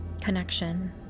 connection